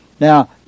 Now